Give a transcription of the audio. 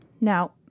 Now